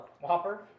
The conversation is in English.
Whopper